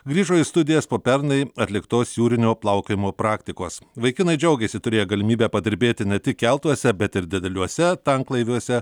grįžo į studijas po pernai atliktos jūrinio plaukiojimo praktikos vaikinai džiaugėsi turėję galimybę padirbėti ne tik keltuose bet ir dideliuose tanklaiviuose